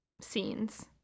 scenes